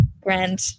grand